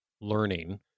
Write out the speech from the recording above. learning